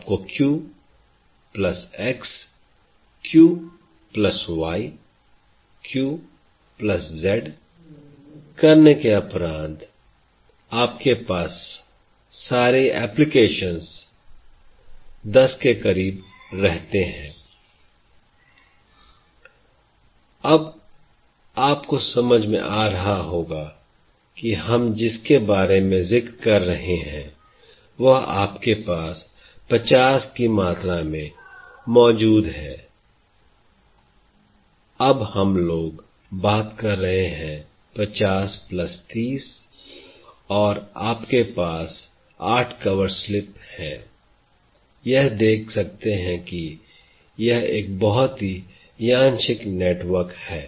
आप Q plus X Q plus YQ plus Z करने के उपरांत आपके पास सारे एप्लीकेशन 1000 के करीब रहते हैं I अब आपको समझ में आ रहा हूं कि हम जिस के बारे में जिक्र कर रहे हैं वह आपके पास 50 की मात्रा में मौजूद है अब हम लोग बात कर रहे हैं 50 प्लस 30 और आपके पास 8 कवर स्लिप है I यह देख सकते हैं कि यह एक बहुत ही यादृच्छिक नेटवर्क है